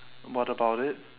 what about it